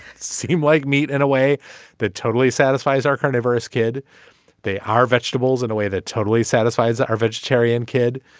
seem like meat in a way that totally satisfies our carnivorous kid they are vegetables in a way that totally satisfies that our vegetarian kid.